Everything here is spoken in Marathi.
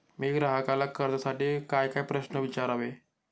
मी ग्राहकाला कर्जासाठी कायकाय प्रश्न विचारावे?